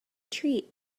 treat